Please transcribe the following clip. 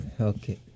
Okay